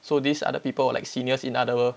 so these are the people like seniors in other